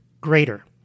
greater